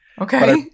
Okay